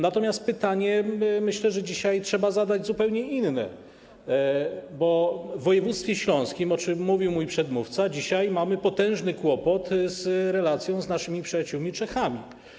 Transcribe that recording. Natomiast myślę, że dzisiaj trzeba zadać zupełnie inne pytanie, bo w województwie śląskim, o czym mówił mój przedmówca, mamy dzisiaj potężny kłopot z relacją z naszymi przyjaciółmi Czechami.